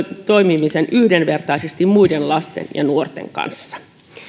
toimimisen yhdenvertaisesti muiden lasten ja nuorten kanssa